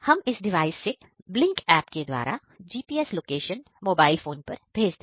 हम इस डिवाइस से ब्लिंक एप के द्वारा GPS लोकेशन मोबाइल फोन पर भेज देंगे